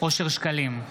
אושר שקלים,